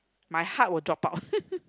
my heart will drop out